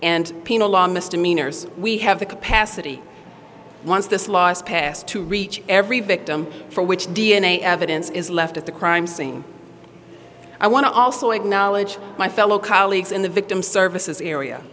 and penal law misdemeanors we have the capacity once this last past to reach every victim for which d n a evidence is left at the crime scene i want to also acknowledge my fellow colleagues in the victim services area